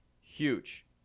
huge